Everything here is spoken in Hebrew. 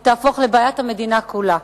היא תהפוך לבעיית המדינה כולה,